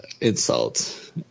insult